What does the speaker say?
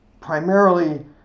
primarily